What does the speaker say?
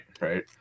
right